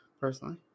personally